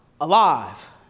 alive